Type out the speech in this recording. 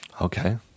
Okay